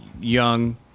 young